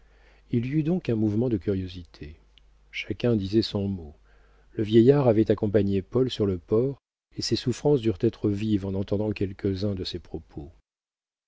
il y eut donc un mouvement de curiosité chacun disait son mot le vieillard avait accompagné paul sur le port et ses souffrances durent être vives en entendant quelques-uns de ces propos